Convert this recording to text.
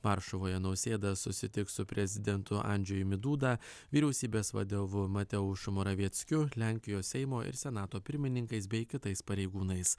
varšuvoje nausėda susitiks su prezidentu andžejumi duda vyriausybės vadiovu mateušu moravieckiu lenkijos seimo ir senato pirmininkais bei kitais pareigūnais